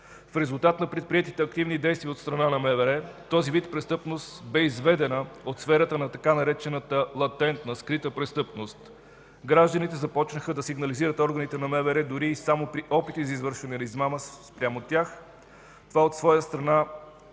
В резултат на предприетите активни действия от страна на МВР този вид престъпност бе изведена от сферата на така наречената „латентна”, скрита престъпност. Гражданите започнаха да сигнализират органите на МВР дори само при опити за извършване на измама спрямо тях. Това, от своя страна,